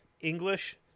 English